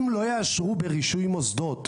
אם לא יאשרו ברישוי מוסדות,